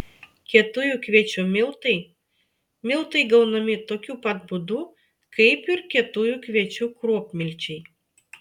kietųjų kviečių miltai miltai gaunami tokiu pat būdu kaip ir kietųjų kviečių kruopmilčiai